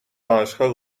دانشگاه